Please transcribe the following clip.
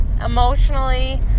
emotionally